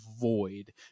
void